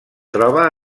troba